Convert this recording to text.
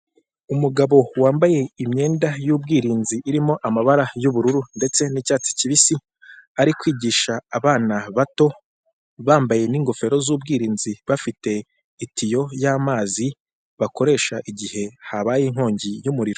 Umugabo wambaye imyenda y'ubwirinzi irimo amabara y'ubururu ndetse n'icyatsi kibisi, ari kwigisha abana bato bambaye n'ingofero z'ubwirinzi bafite itiyo y'amazi bakoresha igihe habaye inkongi y'umuriro.